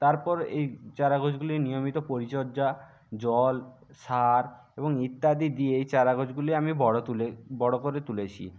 তারপর এই চারা গাছগুলি নিয়মিত পরিচর্যা জল সার এবং ইত্যাদি দিয়ে এই চারা গাছগুলি আমি বড়ো তুলে বড়ো করে তুলেছি